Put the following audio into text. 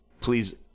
please